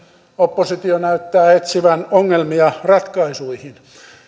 oppositio näyttää etsivän ongelmia ratkaisuihin